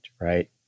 right